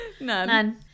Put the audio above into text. None